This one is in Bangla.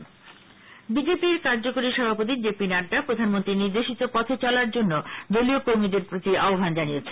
জেপি নাড্চা বিজেপি র কার্যকরী সভাপতি জেপি নাড্ডা প্রধানমন্ত্রীর নির্দেশিত পথে চলার জন্য দলীয় কর্মীদের আহবান জানিয়েছেন